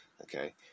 okay